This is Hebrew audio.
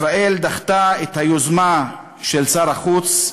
ישראל דחתה את היוזמה של שר החוץ,